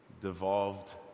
devolved